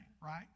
right